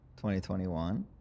2021